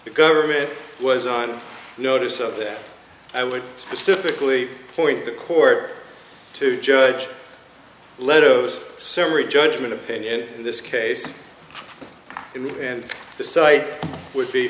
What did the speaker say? the government was on notice so i would specifically point the court to judge leno's summary judgment opinion in this case and the site would be